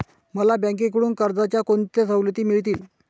मला बँकेकडून कर्जाच्या कोणत्या सवलती मिळतील?